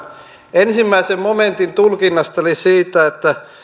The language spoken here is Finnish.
ensimmäisen momentin tulkinnasta eli siitä että